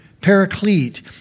paraclete